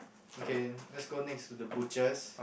okay let's go next to the butchers